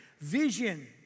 vision